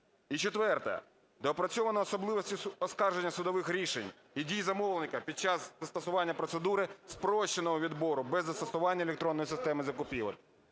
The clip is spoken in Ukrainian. четверте. Доопрацьовано особливості оскарження судових рішень і дій замовника під час застосування процедури спрощеного відбору без застосування електронної системи закупівель.